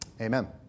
amen